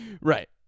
Right